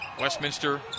Westminster